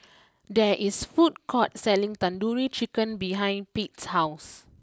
there is a food court selling Tandoori Chicken behind Pate's house